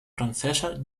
francesas